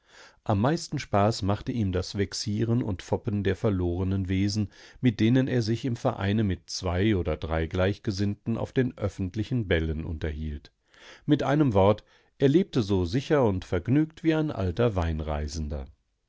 am meisten spaß machte ihm das vexieren und foppen der verlorenen wesen mit denen er sich im vereine mit zwei oder drei gleichgesinnten auf den öffentlichen bällen unterhielt mit einem wort er lebte so sicher und vergnügt wie ein alter